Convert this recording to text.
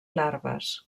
larves